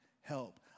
help